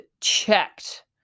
checked